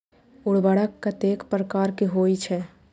उर्वरक कतेक प्रकार के होई छै?